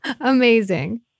Amazing